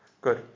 Good